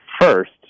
first